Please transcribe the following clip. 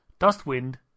Dustwind